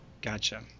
gotcha